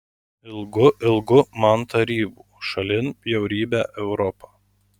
ilgu ilgu man tarybų šalin bjaurybę europą